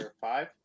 Five